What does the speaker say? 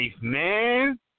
man